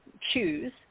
choose